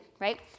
right